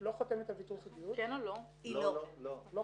היא